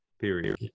period